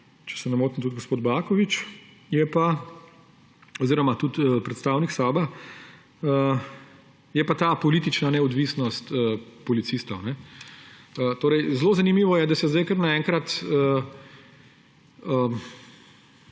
če se ne motim, tudi gospod Baković pa tudi predstavnik SAB, je ta politična neodvisnost policistov. Zelo zanimivo je, da se zdaj kar naenkrat